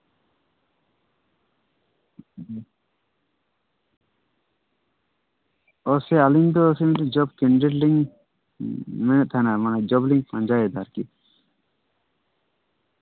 ᱚᱸᱻ ᱥᱮᱹᱭ ᱟᱞᱤᱧ ᱫᱚ ᱡᱚᱵ ᱠᱮᱱᱰᱤᱰᱮᱴᱞᱤᱧ ᱢᱮᱱᱮᱛ ᱛᱟᱦᱮᱱᱟ ᱢᱟᱱᱮ ᱡᱚᱵᱞᱤᱧ ᱯᱟᱸᱡᱟᱭᱮᱫᱟ ᱟᱨᱠᱤ